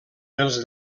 els